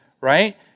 Right